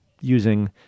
using